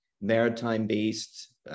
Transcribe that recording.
maritime-based